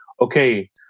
okay